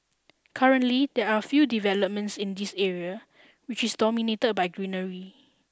currently there are few developments in the area which is dominated by greenery